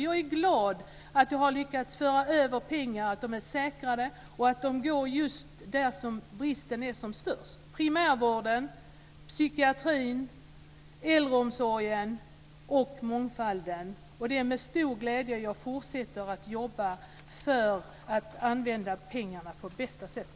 Jag är glad att vi har lyckats föra över pengar som är säkrade och att de går just dit där bristen är som störst: primärvården, psykiatrin, äldreomsorgen och mångfalden. Det är med stor glädje jag fortsätter att jobba för att använda pengarna på bästa sätt.